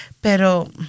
pero